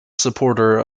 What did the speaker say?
supporter